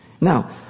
Now